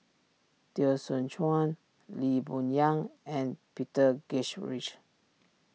Teo Soon Chuan Lee Boon Yang and Peter rich